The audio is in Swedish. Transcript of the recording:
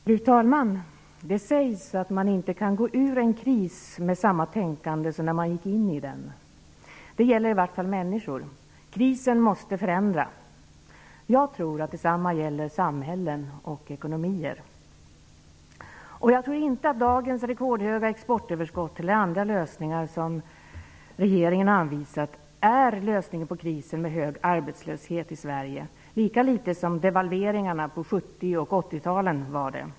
Fru talman! Det sägs att man inte kan gå ur en kris med samma tänkande som när man gick in i den. Det gäller i vart fall människor. Krisen måste förändra. Jag tror att detsamma gäller samhällen och ekonomier. Jag tror inte att dagens rekordhöga exportöverskott eller andra lösningar som regeringen har anvisat är lösningen på krisen med hög arbetslöshet i Sverige, lika litet som devalveringarna på 70 och 80-talen var det.